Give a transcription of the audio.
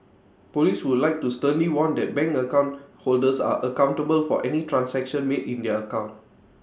Police would like to sternly warn that bank account holders are accountable for any transaction made in their account